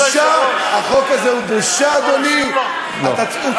כבוד היושב-ראש, כבוד היושב-ראש, אני יכול